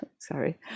sorry